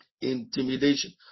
Intimidation